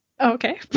Okay